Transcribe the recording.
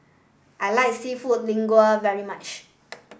I like Seafood Linguine very much